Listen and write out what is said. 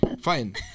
fine